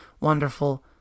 wonderful